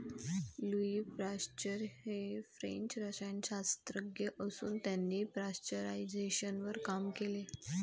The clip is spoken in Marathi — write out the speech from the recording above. लुई पाश्चर हे फ्रेंच रसायनशास्त्रज्ञ असून त्यांनी पाश्चरायझेशनवर काम केले